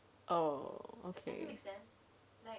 oh okay